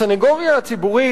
הסניגוריה הציבורית,